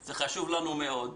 זה חשוב לנו מאוד.